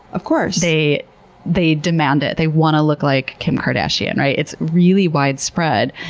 of course! they they demand it. they want to look like kim kardashian. right? it's really widespread.